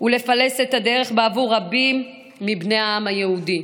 ולפלס את הדרך בעבור רבים מבני העם היהודי.